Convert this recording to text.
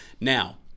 Now